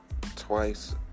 twice